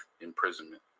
imprisonment